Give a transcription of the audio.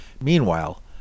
Meanwhile